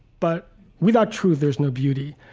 but without truth, there's no beauty.